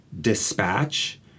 dispatch